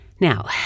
Now